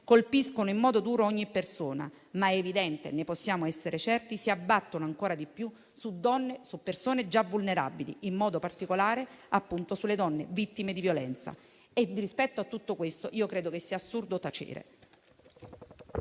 colpiscono in modo duro ogni persona, ma è evidente - ne possiamo essere certi - che si abbattono ancora di più su persone già vulnerabili, in modo particolare sulle donne vittime di violenza. Rispetto a tutto questo credo che sia assurdo tacere.